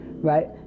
right